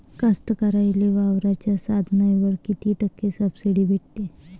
कास्तकाराइले वावराच्या साधनावर कीती टक्के सब्सिडी भेटते?